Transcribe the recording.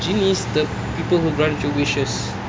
genie the people who grant your wishes